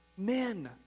Men